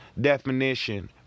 definition